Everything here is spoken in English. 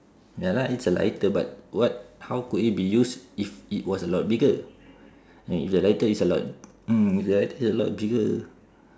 ya lah it's a lighter but what how could it be used if it was a lot bigger and if the lighter is a lot mm the lighter is a lot bigger